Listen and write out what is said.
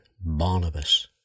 Barnabas